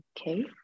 Okay